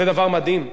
זה דבר מדהים.